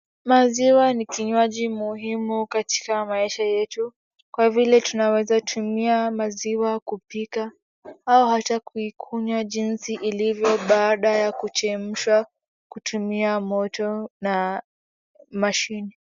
Maziwa ni kinywaji muhimu katika maisha yetu. Kwa vile tunaweza tumia maziwa kupika au hata kuikunywa jinsi ilivyo baada ya kuchemshwa kutumia moto na machine .